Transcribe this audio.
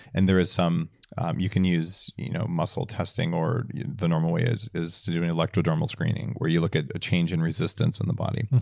and there is some you can use you know muscle testing or the normal way is is to do an electrodermal screening where you look at a change in resistance in the body.